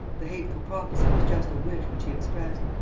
the hateful prophecy was just a wish which he expressed.